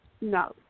No